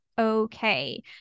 okay